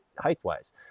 height-wise